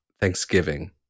Thanksgiving